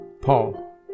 Paul